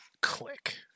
click